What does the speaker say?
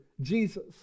Jesus